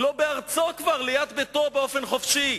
לא בארצו כבר, ליד ביתו, באופן חופשי.